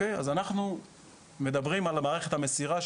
אז אנחנו מדברים על מערכת המסירה,